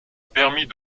permis